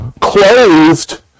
clothed